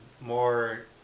More